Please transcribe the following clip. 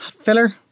filler